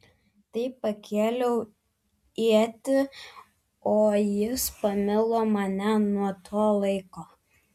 taip pakėliau ietį o jis pamilo mane nuo to laiko